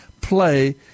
play